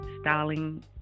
styling